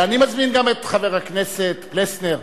אני מזמין גם את חבר הכנסת פלסנר